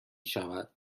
شود